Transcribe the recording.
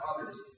others